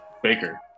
Baker